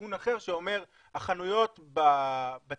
בטיעון אחר שאומר שהחנויות בציבור,